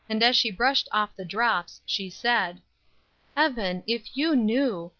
and as she brushed off the drops, she said evan, if you knew,